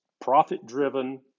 profit-driven